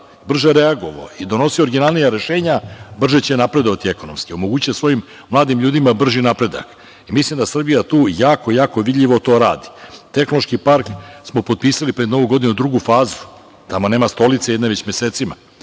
reagovao i donosio originalnija rešenja, brže će napredovati ekonomski. Omogućiće svojim mladim ljudima brži napredak. Mislim da Srbija tu jako vidljivo to radi. Tehnološki park smo potpisali pred novu godinu drugu fazu, tamo nema stolice jedne već mesecima.